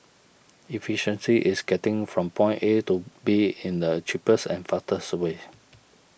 efficiency is getting from point A to B in the cheapest and fastest way